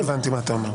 לא הבנתי מה אתה אומר.